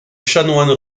chanoines